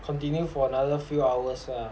continue for another few hours ah